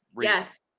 Yes